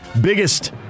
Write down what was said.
biggest